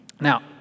Now